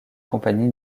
compagnie